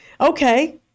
okay